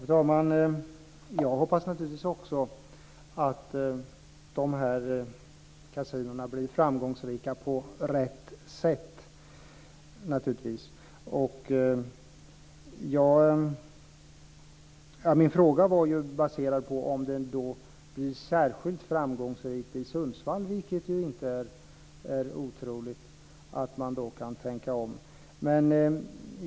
Fru talman! Jag hoppas naturligtvis också att de här kasinona blir framgångsrika på rätt sätt. Min fråga var ju baserad på om man kan tänka om, om det blir särskilt framgångsrikt i Sundsvall, vilket inte är otroligt.